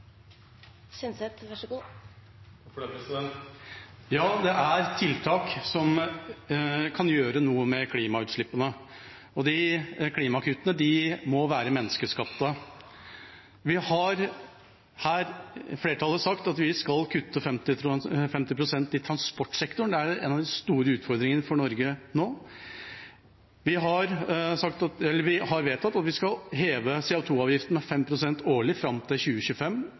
tiltak som kan gjøre noe med klimautslippene, og de klimakuttene må være menneskeskapt. Flertallet her har sagt at vi skal kutte med 50 pst. i transportsektoren. Det er en av de store utfordringene for Norge nå. Vi har vedtatt at vi skal heve CO 2 -avgiften med 5 pst. årlig fram til 2025.